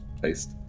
placed